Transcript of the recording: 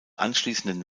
anschließenden